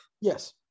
Yes